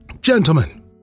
Gentlemen